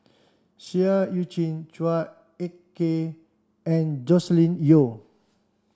Seah Eu Chin Chua Ek Kay and Joscelin Yeo